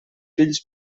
fills